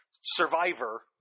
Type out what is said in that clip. Survivor